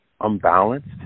unbalanced